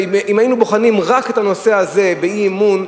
ואם היינו בוחנים רק את הנושא הזה באי-אמון,